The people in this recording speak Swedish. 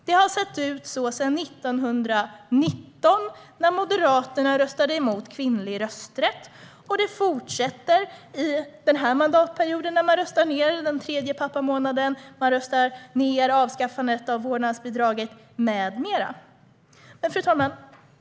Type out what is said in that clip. Det har sett ut på det viset sedan 1919, då Moderaterna röstade emot kvinnlig rösträtt, och det fortsätter under denna mandatperiod. Nu har man bland annat röstat ned den tredje pappamånaden och avskaffandet av vårdnadsbidraget.